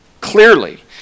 clearly